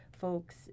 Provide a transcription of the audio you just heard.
folks